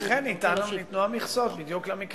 בסדר, ולכן נטען שייתנו מכסות, בדיוק למקרים האלה.